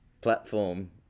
platform